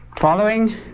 Following